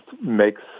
makes